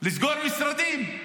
לסגור משרדים.